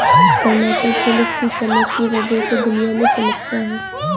Karnataka silk की चमक की वजह से दुनिया में चमकता है